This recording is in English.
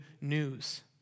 news